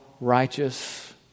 righteous